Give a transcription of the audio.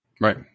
Right